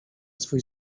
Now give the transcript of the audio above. swój